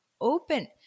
open